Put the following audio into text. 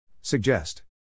Suggest